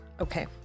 Okay